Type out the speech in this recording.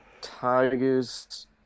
Tigers